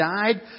died